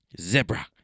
Zebra